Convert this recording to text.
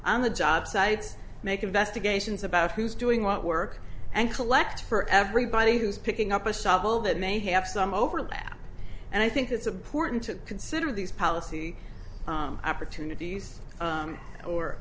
on the job side make investigations about who's doing what work and collect for everybody who's picking up a shovel that may have some overlap and i think it's important to consider these policy opportunities